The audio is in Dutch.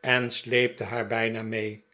en sleepte haar bijna mee